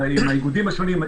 עם האיגודים השונים,